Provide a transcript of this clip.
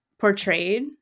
portrayed